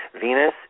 Venus